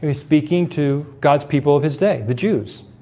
ah speaking to god's people of his day the jews?